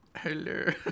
Hello